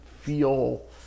feel